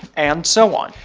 and so on.